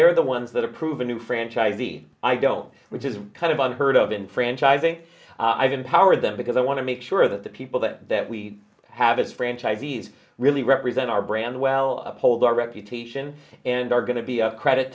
they're the ones that approve a new franchise i don't which is kind of on heard of in franchising i've empowered them because i want to make sure that the people that that we have it's franchisees really represent our brand well uphold our reputation and are going to be a credit